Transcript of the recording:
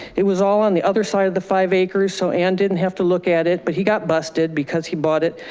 it was all on the other side of the five acres, so anne didn't have to look at it but he got busted because he bought it,